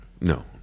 No